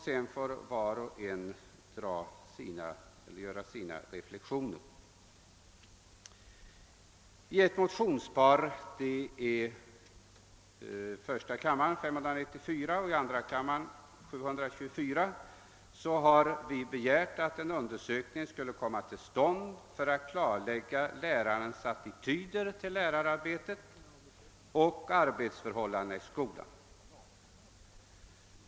Sedan får var och en göra sina reflexioner. I ett motionspar — 1: 594 och II: 724 — har vi begärt att en undersökning skall komma till stånd för att klarlägga frågan om lärares attityder till lärararbetet och arbetsförhållandena i skolan.